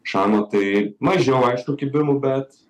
šamą tai mažiau aišku kibimų bet